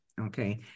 Okay